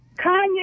Kanye